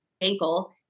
ankle